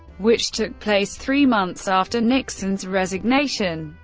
which took place three months after nixon's resignation.